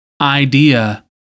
idea